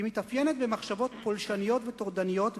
היא מתאפיינת במחשבות פולשניות וטורדניות,